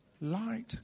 light